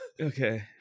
Okay